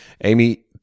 amy